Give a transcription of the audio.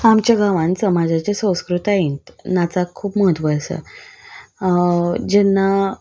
आमच्या गांवान समाजाच्या संस्कृतायेंत नाचाक खूब म्हत्व आसा जेन्ना